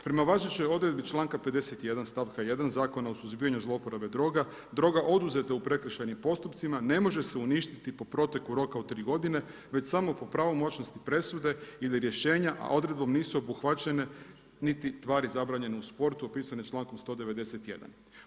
Prema važećoj odredbi članka 51. stavka 1. Zakona o suzbijanju zlouporabe droga, droga oduzeta u prekršajnim postupcima ne može se uništiti po proteku roka od 3 godine, već samo po pravomoćnosti presude ili rješenja, a odredbom nisu obuhvaćene niti tvari zabranjene u sportu opisane člankom 191.